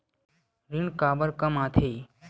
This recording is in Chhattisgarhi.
ऋण काबर कम आथे?